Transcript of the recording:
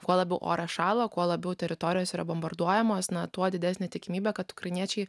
kuo labiau oras šalo kuo labiau teritorijos yra bombarduojamos na tuo didesnė tikimybė kad ukrainiečiai